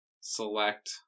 select